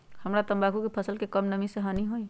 हमरा तंबाकू के फसल के का कम नमी से हानि होई?